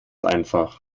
einfach